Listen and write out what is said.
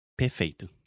Perfeito